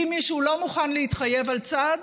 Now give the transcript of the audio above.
ואם מישהו לא מוכן להתחייב על צעד,